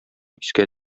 искә